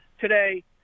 today